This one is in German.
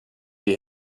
die